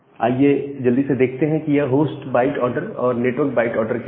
आइए जल्दी से देखते हैं कि यह होस्ट बाइट ऑर्डर और नेटवर्क बाइट ऑर्डर क्या है